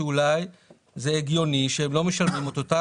אולי זה הגיוני שהם לא משלמים את אותו